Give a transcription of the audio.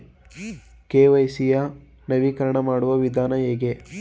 KYC ಯ ನವೀಕರಣ ಮಾಡುವ ವಿಧಾನ ಹೇಗೆ?